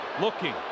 looking